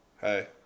Hey